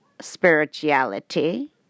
spirituality